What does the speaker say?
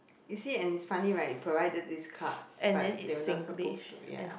you see and it's funny right you provide them this card but they're not supposed to ya